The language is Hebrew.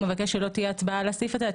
הוא מבקש שלא יהיו הצבעות על הסעיף הזה עד